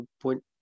point